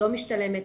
לא משתלמת,